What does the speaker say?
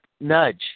nudge